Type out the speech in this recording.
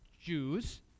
Jews